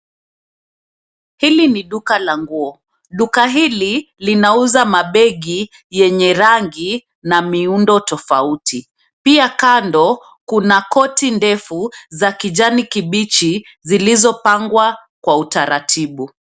Hili ni duka la nguo. Duka hili linauza mabegi yenye rangi na miundo tofauti. Pia kando kuna korti ndefu za kijani kibichi zilizopangwa kwa utaratibu.